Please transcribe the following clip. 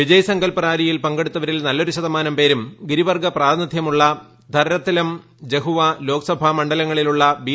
വിജയ് സങ്കല്പ് റാലിയിൽ പങ്കെടുത്തവരിൽ നല്ലൊരു ശതമാനം പേരും ഗിരിവർഗ്ഗു പ്രാതിനിധ്യമുള്ള ധർ രത്ത്ലം ജഹുവ ലോക്സഭാ മണ്ഡലങ്ങളിലുള്ള ബി